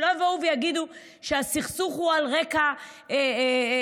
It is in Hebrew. שלא יבואו ויגידו שהסכסוך הוא על רקע תיאולוגי.